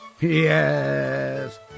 Yes